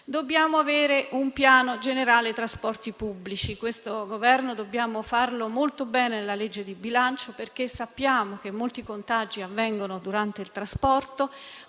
Dobbiamo avere un piano generale dei trasporti pubblici: questo Governo dovrà farlo molto bene nella legge di bilancio, perché sappiamo che molti contagi avvengono durante il trasporto.